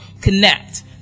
Connect